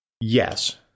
Yes